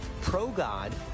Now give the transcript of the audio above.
pro-god